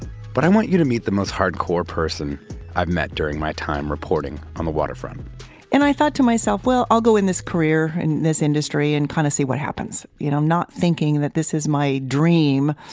but i want you to meet the most hardcore person i've met during my time reporting on the waterfront and i thought to myself, well, i'll go in this career, in this industry, and kind of see what happens, you know not thinking that this is my dream,